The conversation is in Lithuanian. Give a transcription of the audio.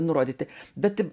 nurodyti bet